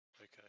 Okay